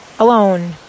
alone